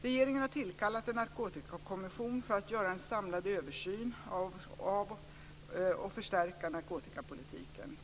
Regeringen har tillkallat en narkotikakommission för att göra en samlad översyn av och förstärka narkotikapolitiken.